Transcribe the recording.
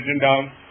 down